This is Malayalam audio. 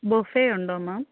ബൊഫേ ഉണ്ടോ മാം